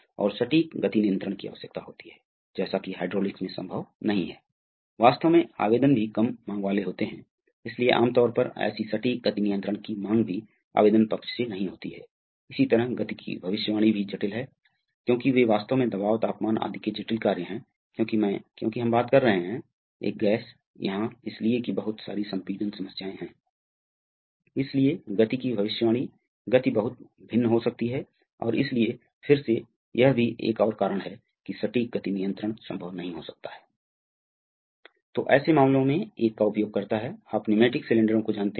अतः जब तक पंप द्वारा बल की आवश्यकता प्रबंधनीय होती है हम एक रीजनरेशन सर्किट के लिए जा रहे हैं इसलिए पंप प्रवाह दर के साथ हम एक उच्च गति प्राप्त कर रहे हैं लेकिन जब भी बल की आवश्यकता बढ़ती है अतः हम तुरंत सिस्टम पर स्विच कर रहे हैं स्वचालित रूप से एक पारंपरिक सर्किट पर स्विच करता है दबाव अब पूरा है अतः हम प्रबंधन कर सकते हैं और प्रवाह दर गिर जाती है